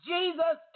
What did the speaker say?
Jesus